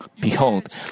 Behold